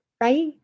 right